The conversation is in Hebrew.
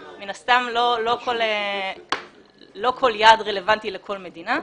מן הסתם, לא כל יעד רלוונטי לכל מדינה.